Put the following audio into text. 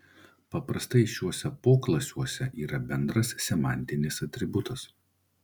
paprastai šiuose poklasiuose yra bendras semantinis atributas